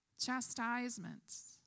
Chastisements